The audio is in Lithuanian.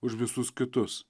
už visus kitus